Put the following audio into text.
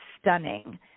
stunning